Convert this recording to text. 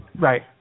Right